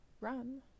run